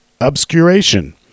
obscuration